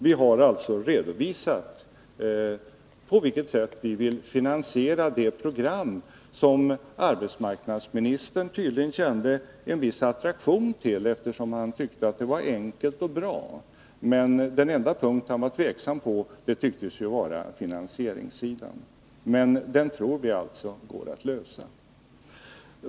Vi har alltså redovisat på vilket sätt vi vill finansiera det program som arbetsmarknadsministern tydligen kände en viss attraktion till, eftersom han tyckte att det var enkelt och bra. Den enda punkt han var tveksam om föreföll gälla finansieringssidan. Men vi tror alltså att det problemet går att lösa.